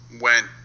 went